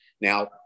Now